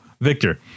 Victor